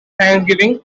thanksgiving